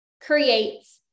creates